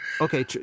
okay